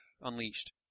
unleashed